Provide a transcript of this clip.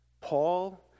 Paul